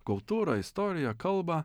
kultūrą istoriją kalbą